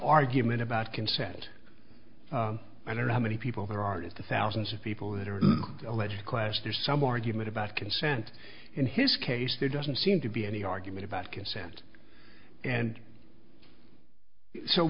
argument about consent i don't know how many people there are that the thousands of people that are alleged class there's some argument about consent in his case there doesn't seem to be any argument about consent and so